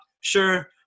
sure